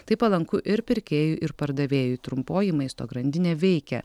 tai palanku ir pirkėjui ir pardavėjui trumpoji maisto grandinė veikia